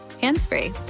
hands-free